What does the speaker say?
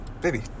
baby